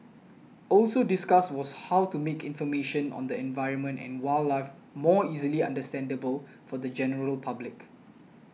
also discussed was how to make information on the environment and wildlife more easily understandable for the general public